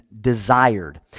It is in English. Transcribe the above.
desired